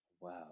Wow